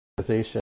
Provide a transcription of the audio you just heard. organization